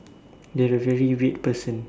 you're a very weird person